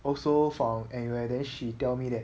also from N_U_S then she tell me that